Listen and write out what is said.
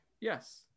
Yes